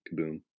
Kaboom